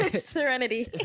serenity